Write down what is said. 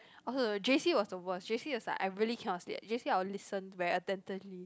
also the J_C was the worst J_C is like I really cannot sleep J_C I will listen very attentively